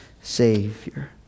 Savior